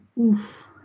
oof